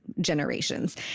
generations